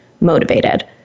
motivated